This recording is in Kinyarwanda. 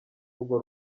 rugo